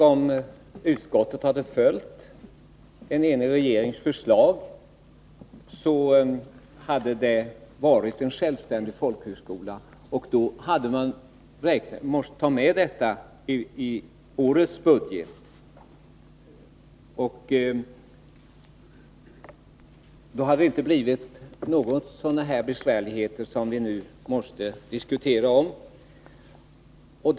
Om utskottet hade följt en enig regerings förslag, hade Viebäck varit en självständig folkhögskola. Då hade man måst beakta detta i årets budget, och de besvärligheter som vi nu måste diskutera hade inte uppstått.